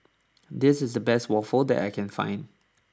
this is the best waffle that I can find